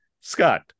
scott